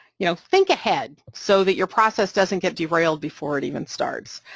you know, think ahead so that your process doesn't get derailed before it even starts,